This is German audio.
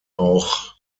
auch